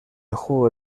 juego